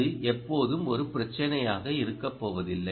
அது ஒருபோதும் ஒரு பிரச்சினையாக இருக்கப்போவதில்லை